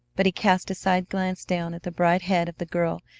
but he cast a side glance down at the bright head of the girl,